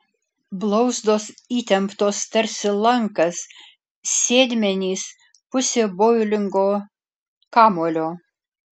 blauzdos įtemptos tarsi lankas sėdmenys pusė boulingo kamuolio